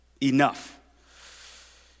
enough